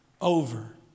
over